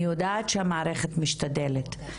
אני יודעת שהמערכת משתדלת,